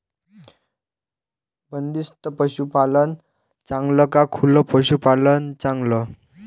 बंदिस्त पशूपालन चांगलं का खुलं पशूपालन चांगलं?